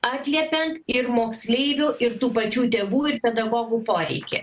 atliepiant ir moksleivių ir tų pačių tėvų ir pedagogų poreikį